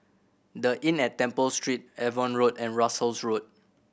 The Inn at Temple Street Avon Road and Russels Road